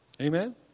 Amen